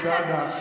אנחנו אנשי צדק,